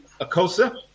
Akosa